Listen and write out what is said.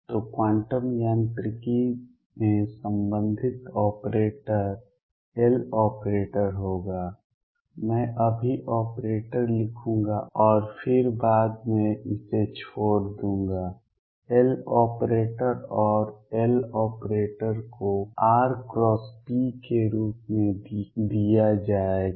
तो क्वांटम यांत्रिकी में संबंधित ऑपरेटर Loperator होगा मैं अभी ऑपरेटर लिखूंगा और फिर बाद में इसे छोड़ दूंगा Loperator और Loperator को r ⃗×p के रूप में दिया जाएगा